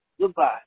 Goodbye